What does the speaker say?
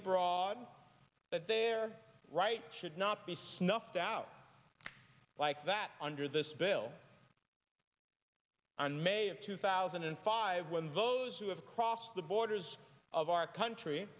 abroad that their rights should not be snuffed out like that under this bill on may of two thousand and five when those who have crossed the borders of our country